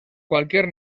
cualquier